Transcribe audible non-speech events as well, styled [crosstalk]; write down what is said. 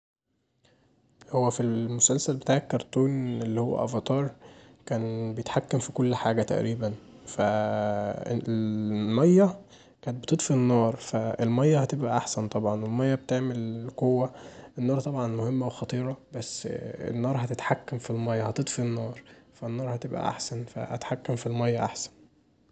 هو في المسلسل بتاع الكارتون [noise] اللي هو افاتار كان بيتحكم في كل حاجه تقريبا [hesitation] فالميه كانت بتطفي النار فالميه هتبقي احسن طبعا، الميه بتعمل قوه، النار مهمه طبعا وخطيره بس النار هتتحكم في الميه هتطفي النار، فالنار هتبقي احسن فاتحكم في الميه احسن.